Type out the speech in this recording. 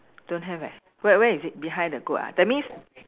don't have eh where where is it behind the goat ah that means